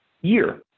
year